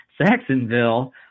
Saxonville